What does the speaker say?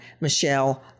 Michelle